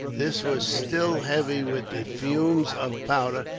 this was still heavy with the fumes of powder,